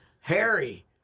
Harry